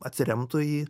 atsiremtų į